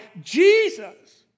Jesus